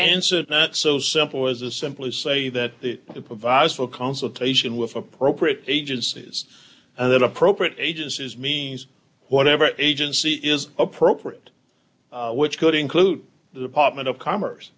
answer is not so simple as a simply say that the supervisor will consultation with appropriate agencies and that appropriate agencies means whatever agency is appropriate which could include the department of commerce